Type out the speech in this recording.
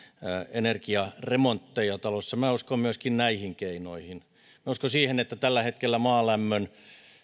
energiaremontteja talossa minä myöskin uskon näihin keinoihin minä uskon siihen että tällä hetkellä maalämmön